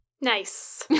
Nice